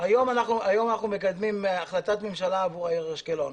היום אנחנו מקדמים החלטת ממשלה עבור העיר אשקלון.